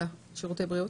"שירותי בריאות"